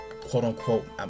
quote-unquote